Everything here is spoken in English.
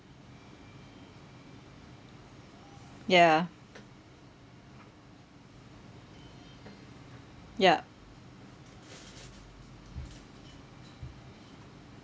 ya yup